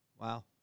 Wow